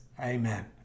amen